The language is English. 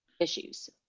issues